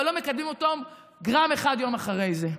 אבל לא מקדמים אותם גרם אחד יום אחד אחרי זה.